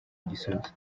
igisubizo